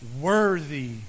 worthy